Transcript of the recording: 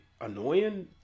annoying